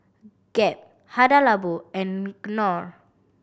Gap Hada Labo and Knorr